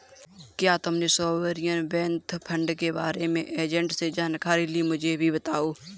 क्या तुमने sovereign wealth fund के बारे में एजेंट से जानकारी ली, मुझे भी बताओ